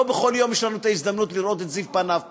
לא בכל יום יש לנו הזדמנות לראות את זיו פניו פה.